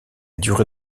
durée